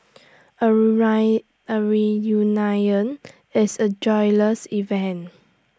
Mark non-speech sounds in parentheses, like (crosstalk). A (unintelligible) A reunion is A joyous event